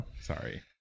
sorry